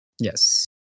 Yes